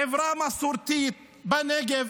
בחברה מסורתית בנגב,